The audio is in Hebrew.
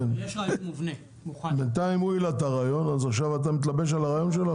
הוא העלה את הרעיון ואתה מתלבש על הרעיון שלו?